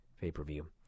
pay-per-view